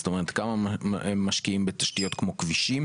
זאת אומרת כמה משקיעים בתשתיות כמו כבישים